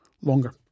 longer